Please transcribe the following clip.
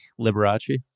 Liberace